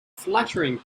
flattering